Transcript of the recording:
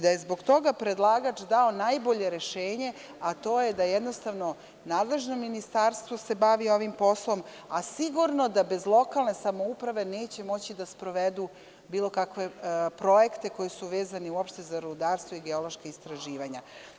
Zbog toga je predlagač dao najbolje rešenje, a to jednostavno, nadležno ministarstvo se bavi ovim poslom, a sigurno da bez lokalne samouprave neće moći da sprovedu bilo kakve projekte koji su vezani uopšte za rudarstvo i geološka istraživanja.